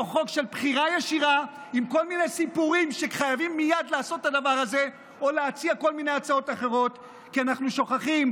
לקדם את חוק הבחירה הישירה בספיד לא נורמלי על מנת לטעון שיש רוב לציבור